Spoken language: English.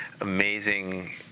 amazing